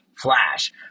Flash